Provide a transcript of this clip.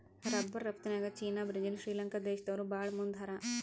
rubber ರಫ್ತುನ್ಯಾಗ್ China Brazil Sri Lanka ದೇಶ್ದವ್ರು ಭಾಳ್ ಮುಂದ್ ಹಾರ